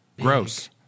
gross